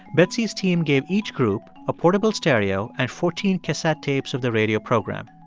betsy's team gave each group a portable stereo and fourteen cassette tapes of the radio program.